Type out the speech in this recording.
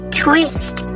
twist